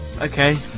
Okay